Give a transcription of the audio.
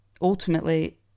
ultimately